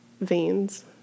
veins